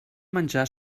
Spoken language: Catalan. menjar